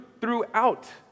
throughout